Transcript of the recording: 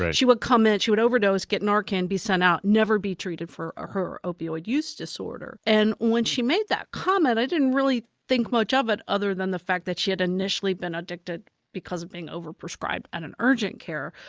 ah she would come in. she would overdose, get narcan, be sent out, never be treated for ah her opioid use disorder. and when she made that comment, i didn't really think much of it other than the fact that she had initially been addicted because of being over-prescribed at an urgent care.